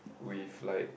with like